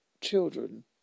children